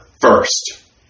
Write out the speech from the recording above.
first